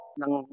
ng